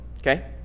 Okay